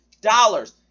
dollars